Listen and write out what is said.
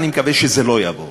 אני מקווה שזה לא יעבור